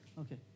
Okay